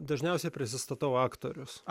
dažniausiai prisistatau aktorius